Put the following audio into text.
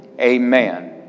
Amen